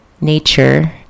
Nature